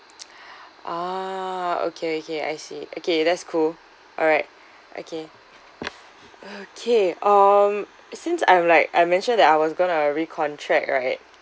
ah okay okay I see okay that's cool alright okay okay um since I'm like I mentioned that I was gonna recontract right